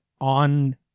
on